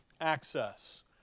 Access